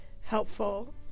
helpful